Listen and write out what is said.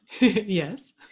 Yes